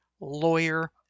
lawyer